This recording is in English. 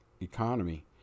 economy